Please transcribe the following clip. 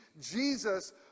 Jesus